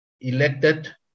elected